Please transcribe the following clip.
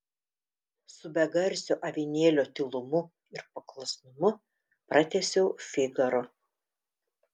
su begarsio avinėlio tylumu ir paklusnumu pratęsiau figaro